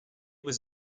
was